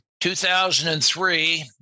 2003